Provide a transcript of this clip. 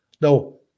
No